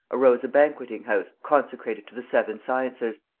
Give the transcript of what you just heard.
arose a banqueting-house consecrated to the seven sciences,